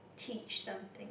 teach something